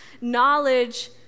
knowledge